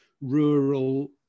rural